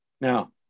Now